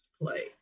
play